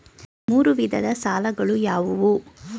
ಮೂರು ವಿಧದ ಸಾಲಗಳು ಯಾವುವು?